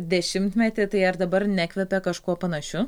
dešimtmetį tai ar dabar nekvepia kažkuo panašiu